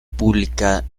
pública